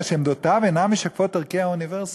שעמדותיו אינן משקפות את ערכי האוניברסיטה?